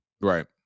Right